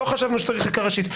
לא חשבנו שצריך חקיקה ראשית.